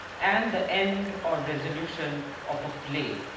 and the end or resolution of a play.